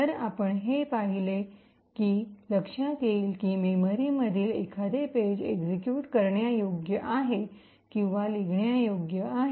तर आपण हे पाहिले की लक्षात येईल की मेमरी मधील एखादे पेज एक्सिक्यूट करण्यायोग्य आहे किंवा लिहिण्यायोग्य आहे